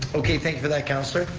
okay, thank you for that, councilor.